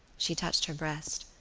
she touched her breast,